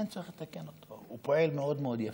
אין צורך לתקן אותו, הוא פועל מאוד מאוד יפה.